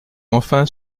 enfin